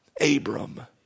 Abram